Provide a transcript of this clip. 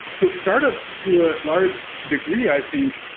so startups to a large degree, i think,